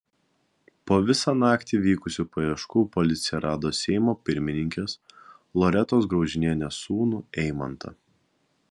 po visą naktį vykusių paieškų policija rado seimo pirmininkės loretos graužinienės sūnų eimantą